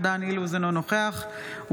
אינו נוכח דן אילוז,